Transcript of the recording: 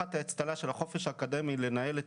תחת האצטלה של החופש האקדמי לנהל את